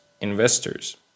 investors